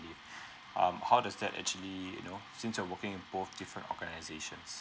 leave um how does that actually you know since we are working both different organisations